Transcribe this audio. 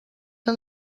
han